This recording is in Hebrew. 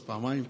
אז פעמיים.